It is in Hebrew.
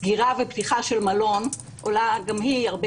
סגירה ופתיחה של מלון עולה גם היא הרבה